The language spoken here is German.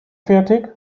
fertig